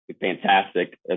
fantastic